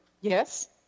Yes